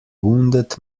wounded